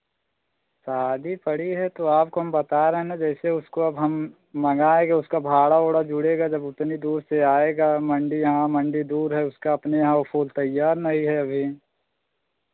शादी पड़ी है तो आपको हम बता रहे हैं ना हम जैसे उसको अब हम मंगाएंगे उसका भाड़ा उड़ा जुड़ेगा जब उतनी दूर से आएगा मंडी यहाँ मंडी दूर है उसका अपने यहाँ वो फूल तैयार नहीं है अभी